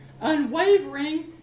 unwavering